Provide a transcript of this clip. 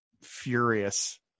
furious